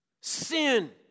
Sin